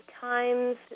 times